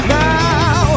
now